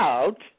Out